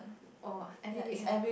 oh every week have